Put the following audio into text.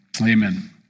Amen